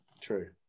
True